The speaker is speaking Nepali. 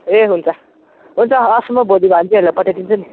ए हुन्छ हुन्छ हवस् म भोलि भान्जीहरूलाई पठाइदिन्छु नि